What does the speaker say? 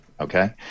Okay